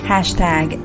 Hashtag